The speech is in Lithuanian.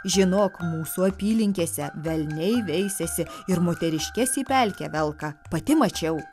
žinok mūsų apylinkėse velniai veisiasi ir moteriškes į pelkę velka pati mačiau